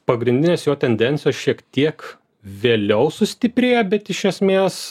pagrindinės jo tendencijos šiek tiek vėliau sustiprėja bet iš esmės